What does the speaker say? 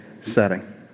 setting